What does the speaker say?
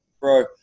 bro